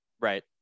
Right